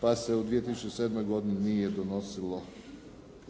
pa se u 2007. godini nije donosilo,